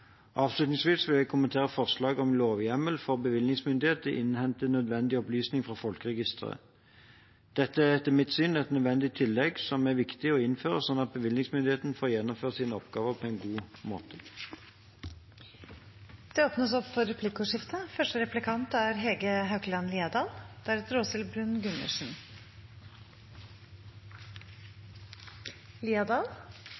Avslutningsvis vil jeg kommentere forslaget om lovhjemmel for bevillingsmyndigheten til å innhente nødvendige opplysninger fra folkeregisteret. Dette er, etter mitt syn, et nødvendig tillegg som er viktig å innføre, slik at bevillingsmyndigheten får gjennomført sine oppgaver på en god måte. Det blir replikkordskifte. Jeg er glad for